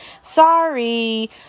sorry